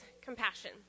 compassion